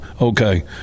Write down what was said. okay